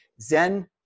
Zen